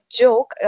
joke